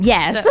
Yes